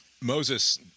Moses